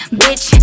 bitch